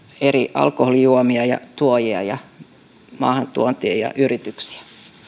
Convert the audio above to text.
alkoholijuomia tuojia maahantuontia ja yrityksiä